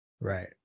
right